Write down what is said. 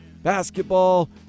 basketball